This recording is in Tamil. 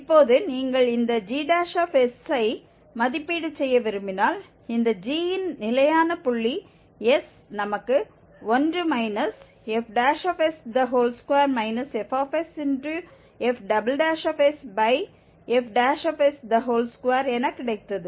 இப்போது நீங்கள் இந்த gஐ மதிப்பீடு செய்ய விரும்பினால் இந்த g இன் நிலையான புள்ளி s நமக்கு 1 fs2 fsfsfs2 என கிடைத்தது